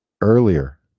earlier